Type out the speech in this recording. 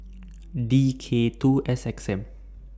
D K two S X M